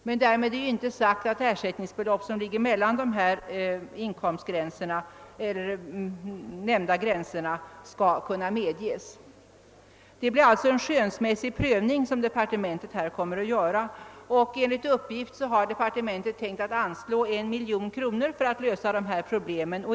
Men därmed är inte sagt att ersättningsbelopp som ligger mellan de nämnda gränserna alltid kommer att medges. Departementet kommer alltså att göra en skönsmässig prövning. Enligt uppgift har departementet tänkt sig att anslå 1 miljon kronor till dylika ersättningar.